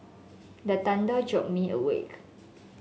the thunder jolt me awake